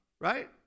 Right